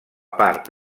part